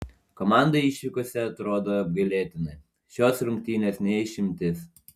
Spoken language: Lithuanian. komanda išvykose atrodo apgailėtinai šios rungtynės ne išimtis